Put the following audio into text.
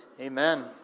Amen